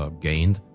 ah gained,